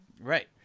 Right